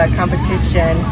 competition